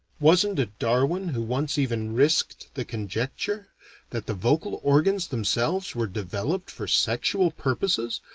wasn't it darwin who once even risked the conjecture that the vocal organs themselves were developed for sexual purposes,